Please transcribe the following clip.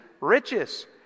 riches